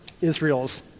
Israel's